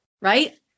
right